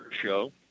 show